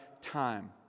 time